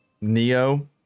Neo